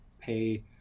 pay